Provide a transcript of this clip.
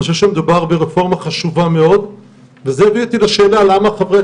אני חושב שמדובר ברפורמה חשובה מאוד וזה הביא אותי לשאלה למה חברי